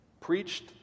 Preached